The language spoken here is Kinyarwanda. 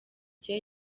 jye